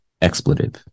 expletive